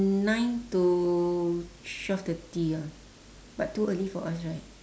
nine to twelve thirty ah but too early for us right